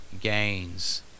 gains